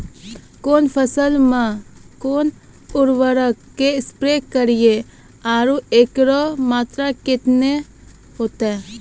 कौन फसल मे कोन उर्वरक से स्प्रे करिये आरु एकरो मात्रा कत्ते होते?